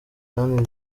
kandi